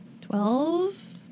Twelve